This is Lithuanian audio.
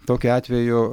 tokiu atveju